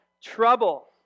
trouble